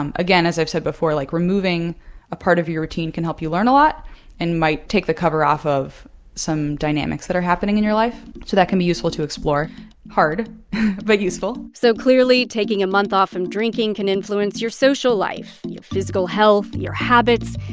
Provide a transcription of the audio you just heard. um again, as i've said before, like, removing a part of your routine can help you learn a lot and might take the cover off of some dynamics that are happening in your life. so that can be useful to explore hard but useful so clearly, taking a month off from drinking can influence your social life, your physical health, your habits.